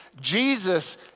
Jesus